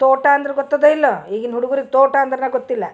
ತೋಟ ಅಂದ್ರ ಗೊತ್ತದಾ ಇಲ್ಲೋ ಈಗಿನ ಹುಡ್ಗುರಿಗೆ ತೋಟ ಅಂದ್ರನ ಗೊತ್ತಿಲ್ಲ